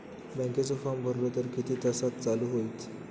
बँकेचो फार्म भरलो तर किती तासाक चालू होईत?